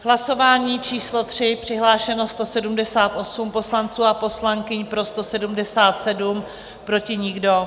Hlasování číslo 3, přihlášeno 178 poslanců a poslankyň, pro 177, proti nikdo.